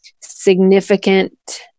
significant